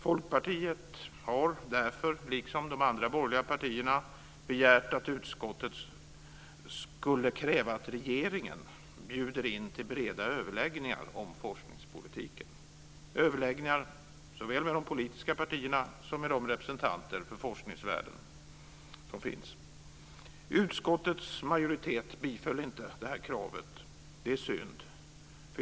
Folkpartiet har därför, liksom de andra borgerliga partierna, begärt att utskottet kräver att regeringen bjuder in till breda överläggningar om forskningspolitiken såväl med de politiska partierna som med de representanter för forskningsvärlden som finns. Utskottets majoritet tillstyrkte inte det här kravet och det är synd.